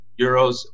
euros